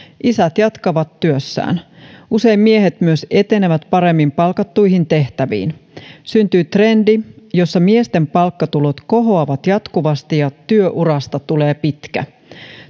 isät jatkavat työssään usein miehet myös etenevät paremmin palkattuihin tehtäviin syntyy trendi jossa miesten palkkatulot kohoavat jatkuvasti ja työurasta tulee pitkä